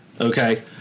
Okay